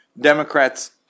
Democrats